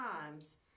times